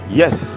yes